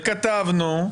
וכתבנו: